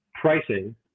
pricing